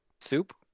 soup